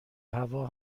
هوا